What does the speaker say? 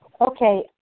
Okay